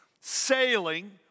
sailing